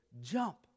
Jump